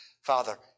Father